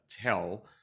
tell